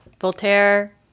Voltaire